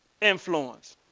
influence